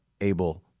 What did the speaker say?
able